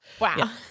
Wow